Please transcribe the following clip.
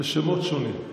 בשמות שונים.